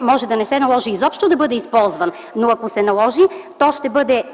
може да не се наложи изобщо да бъде използван, но ако се наложи, то ще бъде